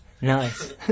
Nice